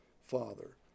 Father